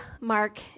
Mark